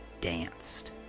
danced